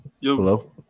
Hello